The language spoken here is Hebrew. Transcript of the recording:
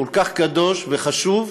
כל כך קדוש וחשוב,